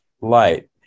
light